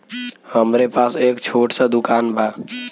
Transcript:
हमरे पास एक छोट स दुकान बा